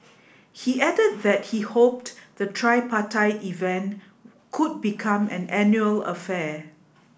he added that he hoped the tripartite event could become an annual affair